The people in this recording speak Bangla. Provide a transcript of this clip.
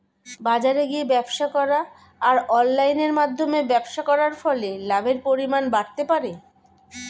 বাজারে গিয়ে ব্যবসা করা আর অনলাইনের মধ্যে ব্যবসা করার ফলে লাভের পরিমাণ বাড়তে পারে?